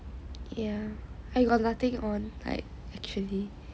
ya I got nothing on like actually